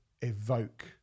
evoke